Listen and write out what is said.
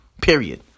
period